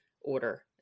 order